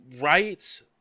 right